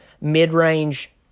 mid-range